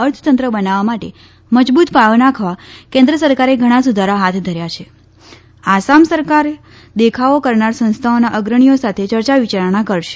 અર્થતંત્ર બનાવવા માટે મજબૂત પાયો નાખવા કેન્દ્ર સરકારે ઘણા સુધારા હાથ ધર્યા છે આસામ સરકાર દેખાવો કરનાર સંસ્થાઓના અગ્રણીઓ સાથે ચર્ચા વિચારણા કરશે